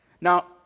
Now